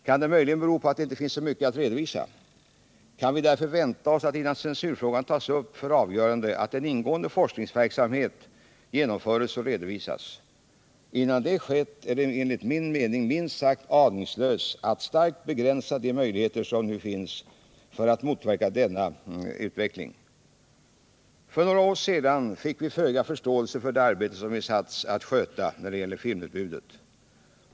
Kan det möjligen bero på att det inte finns så mycket att redovisa? Kan vi därför vänta oss att, innan censurfrågan tas upp för avgörande, en ingående forskningsverksamhet genomförs och redovisas? Innan det har skett är det enligt min mening minst sagt aningslöst att starkt begränsa de möjligheter som nu finns för att motverka denna utveckling. För några år sedan fick vi föga förståelse för det arbete som vi satts att sköta när det gäller filmutbudet.